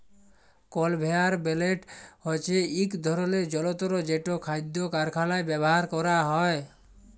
conveyor belt হছে ইক ধরলের জলতর যেট খাদ্য কারখালায় ব্যাভার ক্যরা হয়